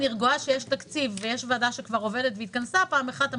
אני רגועה שיש תקציב ויש ועדה שכבר עובדת והתכנסה פעם אחת.